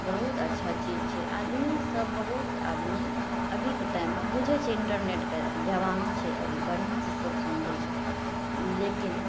बहुत अच्छा चीज छै आदमीसभ बहुत आदमी अभीके टाइममे बुझै छै इन्टरनेटके जमाना छै अभी बढ़िआँसे सभ समझै छै लेकिन